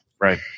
Right